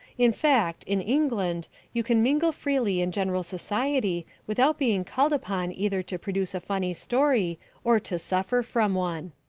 in fact, in england, you can mingle freely in general society without being called upon either to produce a funny story or to suffer from one.